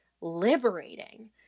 liberating